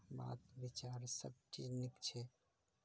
बात विचार सब चीज नीक छै